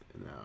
No